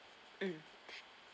mm